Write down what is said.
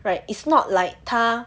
right is not like 他